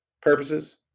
purposes